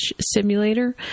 simulator